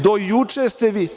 Do juče ste vi.